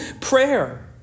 prayer